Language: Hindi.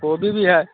गोभी भी है